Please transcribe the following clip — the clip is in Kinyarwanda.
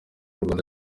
rwanda